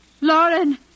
Lauren